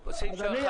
אדוני,